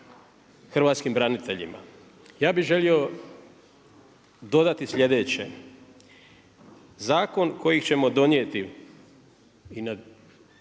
hrvatskim braniteljima. Ja bih želio dodati sljedeće. Zakon koji ćemo donijeti i na još